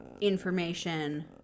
information